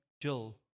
Jill